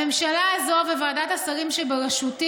הממשלה הזאת, בוועדת השרים שבראשותי,